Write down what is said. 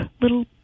little